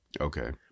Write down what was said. Okay